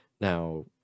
Now